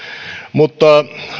mutta